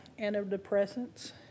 antidepressants